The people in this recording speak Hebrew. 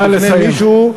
נא לסיים.